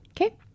Okay